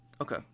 Okay